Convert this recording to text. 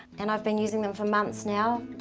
and i've been using them for months now,